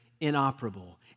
inoperable